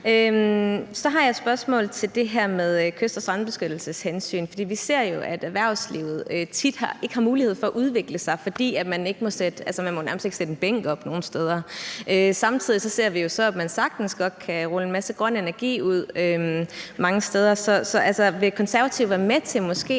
Så har jeg et spørgsmål om det her med kyst- og strandbeskyttelseshensyn. For vi ser jo, at erhvervslivet tit ikke har mulighed for at udvikle sig, fordi man nærmest ikke må sætte en bænk op nogle steder. Samtidig ser vi jo, at man sagtens godt kan rulle en masse grøn energi ud mange steder. Så vil Konservative være med til måske